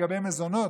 לגבי מזונות,